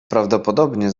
prawdopodobnie